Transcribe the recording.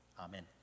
Amen